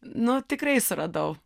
nu tikrai suradau